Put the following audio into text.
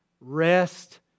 rest